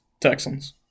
Texans